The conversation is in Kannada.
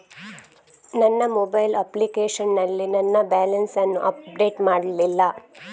ನನ್ನ ಮೊಬೈಲ್ ಅಪ್ಲಿಕೇಶನ್ ನಲ್ಲಿ ನನ್ನ ಬ್ಯಾಲೆನ್ಸ್ ಅನ್ನು ಅಪ್ಡೇಟ್ ಮಾಡ್ಲಿಲ್ಲ